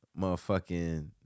motherfucking